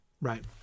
right